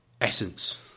essence